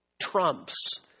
trumps